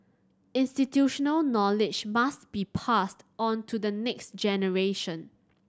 institutional knowledge must be passed on to the next generation